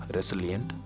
Resilient